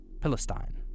Palestine